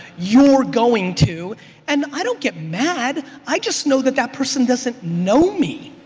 you're going to and i don't get mad. i just know that that person doesn't know me.